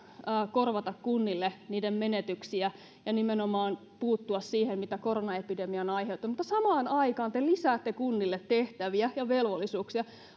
korvata kunnille niiden menetyksiä ja nimenomaan puuttua siihen mitä koronaepidemia on aiheuttanut mutta samaan aikaan te lisäätte kunnille tehtäviä ja velvollisuuksia